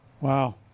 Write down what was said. Wow